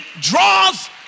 draws